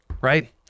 Right